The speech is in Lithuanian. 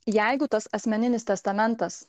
jeigu tas asmeninis testamentas